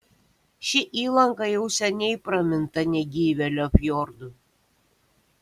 ši įlanka jau seniai praminta negyvėlio fjordu